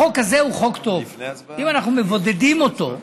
החוק הזה הוא חוק טוב אם אנחנו מבודדים אותו.